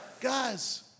Guys